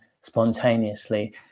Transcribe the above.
spontaneously